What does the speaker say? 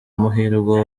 muhirwa